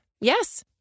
Yes